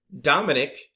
Dominic